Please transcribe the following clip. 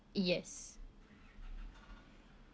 yes